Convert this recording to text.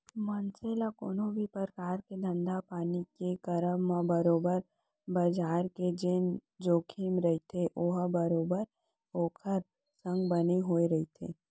मनसे ल कोनो भी परकार के धंधापानी के करब म बरोबर बजार के जेन जोखिम रहिथे ओहा बरोबर ओखर संग बने होय रहिथे